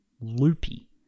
loopy